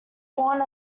born